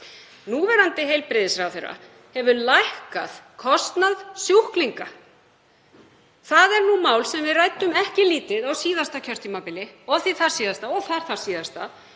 Núverandi heilbrigðisráðherra hefur lækkað kostnað sjúklinga. Það er nú mál sem við ræddum ekki lítið á síðasta kjörtímabili og því þarsíðasta og þar-þarsíðasta.